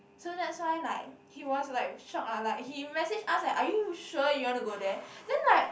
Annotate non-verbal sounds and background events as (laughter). so that's why like he was like shock ah like he message us eh are you sure you wanna go there (breath) then like